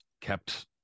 kept